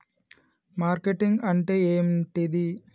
Marketing అంటే ఏంటిది?